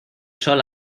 sol